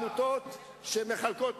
אחת הסיבות לכך שהם עושים את זה היא משה גפני.